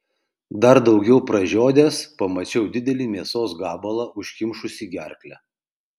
dar daugiau pražiodęs pamačiau didelį mėsos gabalą užkimšusį gerklę